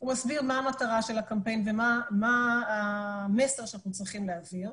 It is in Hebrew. הוא מסביר מה המטרה של הקמפיין ומה המסר שאנחנו צריכים להעביר,